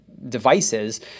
devices